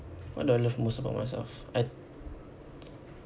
what do I love most about myself I